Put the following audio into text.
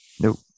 Nope